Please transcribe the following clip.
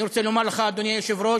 אני רוצה לומר לך, אדוני היושב-ראש,